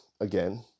again